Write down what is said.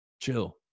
Chill